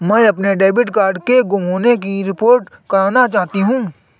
मैं अपने debit card के गुम होने की रिपोर्ट करना चाहती हूँ